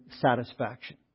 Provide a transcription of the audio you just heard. satisfaction